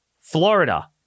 Florida